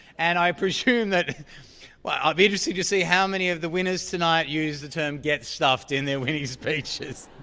and i presume that well, i'd be interested to see how many of the winners tonight use the term get stuffed in their winning speeches.